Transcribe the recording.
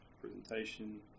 presentation